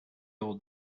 old